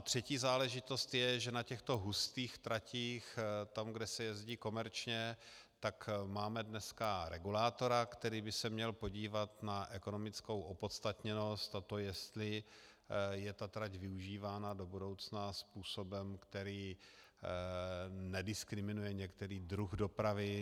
Třetí záležitost je, že na těchto hustých tratích, kde se jezdí komerčně, máme dnes regulátora, který by se měl podívat na ekonomickou opodstatněnost, na to, jestli je ta trať využívána do budoucna způsobem, který nediskriminuje některý druh dopravy.